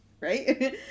right